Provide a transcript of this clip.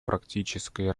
практической